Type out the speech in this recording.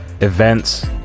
events